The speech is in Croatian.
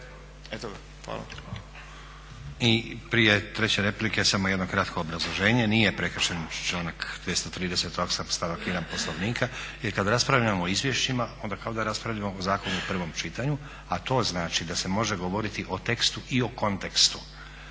I prije treće replike samo jedno kratko obrazloženje. Nije prekršen članak 238.stavak 1. Poslovnika jer kada raspravljamo o izvješćima onda kao raspravljamo o zakonu u prvom čitanju, a to znači da se može govoriti o tekstu i o kontekstu.